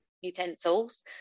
utensils